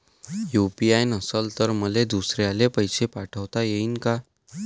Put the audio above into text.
UPI नसल तर मले दुसऱ्याले पैसे पाठोता येईन का?